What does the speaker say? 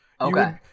Okay